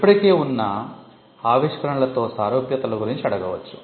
ఇప్పటికే ఉన్న ఆవిష్కరణలతో సారూప్యతల గురించి అడగవచ్చు